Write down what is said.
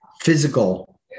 physical